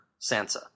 Sansa